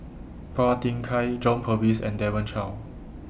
Phua Thin Kiay John Purvis and Demon